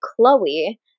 Chloe